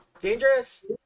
dangerous